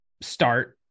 start